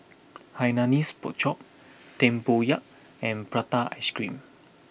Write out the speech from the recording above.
Hainanese Pork Chop Tempoyak and Prata Ice Cream